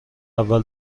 اول